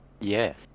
Yes